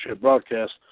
Broadcast